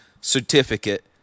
certificate